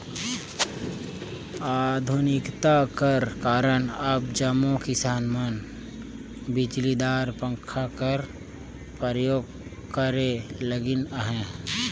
आधुनिकता कर कारन अब जम्मो किसान मन बिजलीदार पंखा कर परियोग करे लगिन अहे